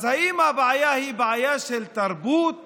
אז האם הבעיה היא בעיה של תרבות